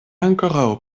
ankoraŭ